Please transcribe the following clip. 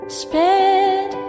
sped